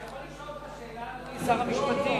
אני יכול לשאול אותך שאלה, אדוני, שר המשפטים?